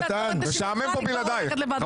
משעמם פה בלעדייך.